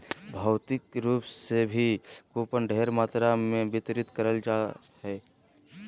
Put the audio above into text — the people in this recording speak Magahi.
भौतिक रूप से भी कूपन ढेर मात्रा मे वितरित करल जा हय